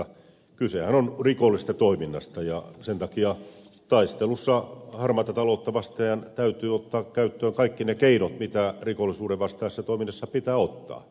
kysehän on rikollisesta toiminnasta ja sen takia taistelussa harmaata taloutta vastaan täytyy ottaa käyttöön kaikki ne keinot jotka rikollisuuden vastaisessa toiminnassa pitää ottaa